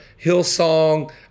Hillsong